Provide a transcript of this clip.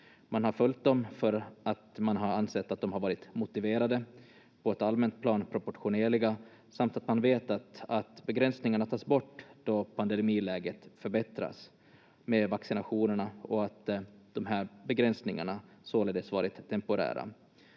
Man har följt dem för att man har ansett att de har varit motiverade, på ett allmänt plan proportionerliga, samt att man vetat att begränsningarna tas bort då pandemiläget förbättras med vaccinationerna, och att de här begränsningarna således varit temporära.